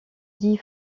dit